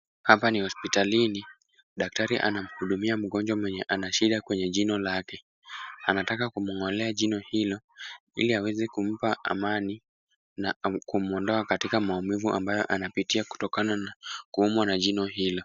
Hapa ni hospitalini. Daktari anamuhudumia mgonjwa mwenye ana shida kwenye jino lake. Anataka kumng'olea jino hilo, ili aweze kumpa amani na kumuondoa katika maumivu ambayo anapitia kutokana na kuumwa na jino hilo.